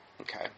Okay